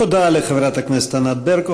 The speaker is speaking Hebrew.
תודה לחברת הכנסת ענת ברקו.